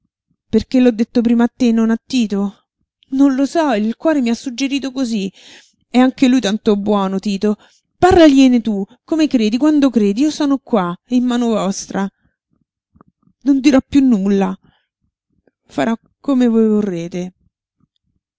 perché l'ho detto prima a te e non a tito non lo so il cuore mi ha suggerito cosí è anche lui tanto buono tito parlagliene tu come credi quando credi io sono qua in mano vostra non dirò piú nulla farò come voi vorrete